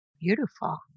Beautiful